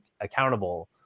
accountable